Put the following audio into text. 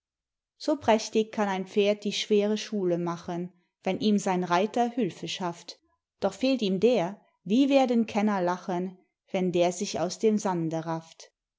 so prächtig kann ein pferd die schwere schule machen wenn ihm sein reiter hülfe schafft doch fehlt ihm der wie werden kenner lachen wenn der sich aus dem sande rafft